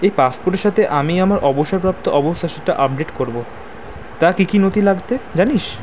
এই পাসপোর্টের সাথে আমি আমার অবসরপ্রাপ্ত সেটা আপডেট করব তা কী কী নথি লাগবে জানিস